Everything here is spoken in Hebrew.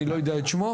אני לא זוכר את שמו.